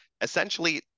essentially